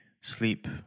sleep